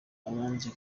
abanzi